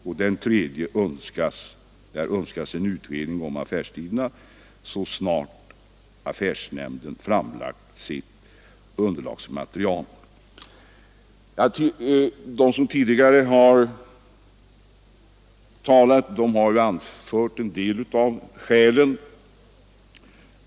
I den tredje önskas en utredning om affärstiderna så snart affärstidsnämnden framlagt sitt underlagsmaterial. De tidigare talarna har anfört en del av skälen för ett återinförande av affärstidsregleringen.